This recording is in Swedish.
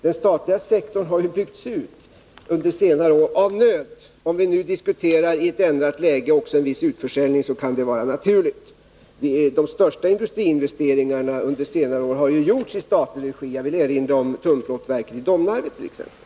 Den statliga sektorn har ju byggts ut under senare år av nöd. Om vi nu i ett ändrat läge diskuterar också en viss utförsäljning, kan det vara naturligt. De största industriinvesteringarna under senare år har ju gjorts i statlig regi. Jag vill erinra om tungplåtverket i Domnarvet t.ex.